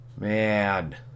Man